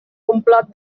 complot